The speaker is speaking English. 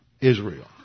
Israel